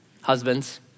Husbands